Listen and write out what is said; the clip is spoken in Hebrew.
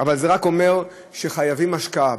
אבל זה רק אומר שחייבים השקעה,